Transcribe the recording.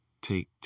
take